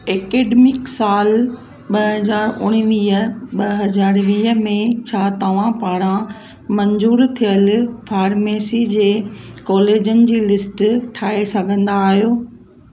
academic साल ॿ हज़ार उणिवीह ॿ हज़ार वीह में छा तव्हां पारां मंज़ूरु थियल फारमेसी जे कॉलेजनि जी लिस्ट ठाहे सघंदा आहियो